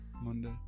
Monday